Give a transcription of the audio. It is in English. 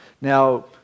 now